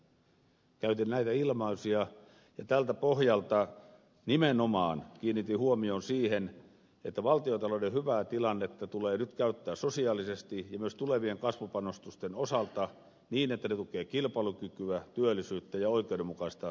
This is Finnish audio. käytin näitä ilmaisuja ja tältä pohjalta nimenomaan kiinnitin huomion siihen että valtiontalouden hyvää tilannetta tulee nyt käyttää sosiaalisesti ja myös tulevien kasvupanostusten osalta niin että ne tukevat kilpailukykyä työllisyyttä ja oikeudenmukaista kasvua